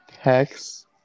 Hex